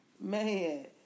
Man